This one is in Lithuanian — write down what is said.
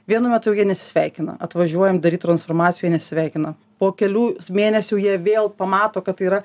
vienu metu jau jie nesisveikina atvažiuojam daryt transformacijų jie nesveikina po kelių mėnesių jie vėl pamato kad tai yra